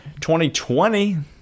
2020